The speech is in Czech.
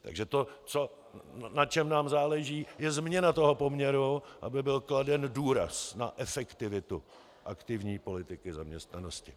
Takže to, na čem nám náleží, je změna toho poměru, aby byl kladen důraz na efektivitu aktivní politiky zaměstnanosti.